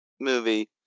movie